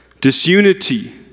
Disunity